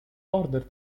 ordered